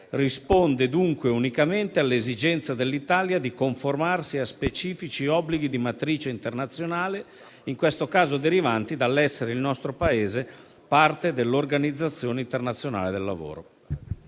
risponde dunque unicamente all'esigenza dell'Italia di conformarsi a specifici obblighi di matrice internazionale, in questo caso derivanti dall'essere il nostro Paese parte dell'Organizzazione internazionale del lavoro.